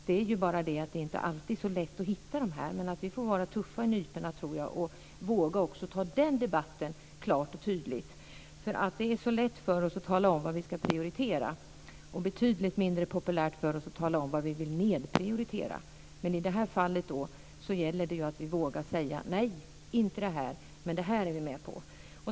Men det är inte alltid så lätt att hitta dem. Vi får vara tuffa i nyporna och våga ta den debatten. Det är så lätt för oss att tala om vad vi ska prioritera, men betydligt mindre populärt för oss att tala om vad vi vill nedprioritera. I det här fallet gäller det att vi vågar säga: Nej, inte det, men det här är vi med på.